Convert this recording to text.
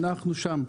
אנחנו שם.